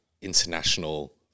international